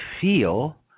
feel